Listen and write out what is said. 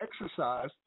exercise